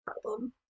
problem